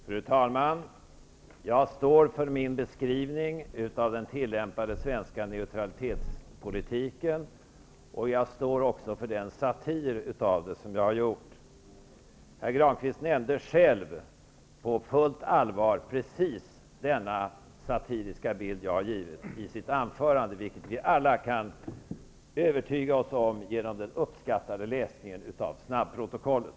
Fru talman! Jag står för min beskrivning av den tillämpade svenska neutralitetspolitiken. Jag står också för den satir av den som jag har gjort. Pär Grankvist gav själv på fullt allvar i sitt anförande precis den satiriska bild som jag har givit, vilket vi alla kan övertyga oss om genom den uppskattade läsningen av snabbprotokollet.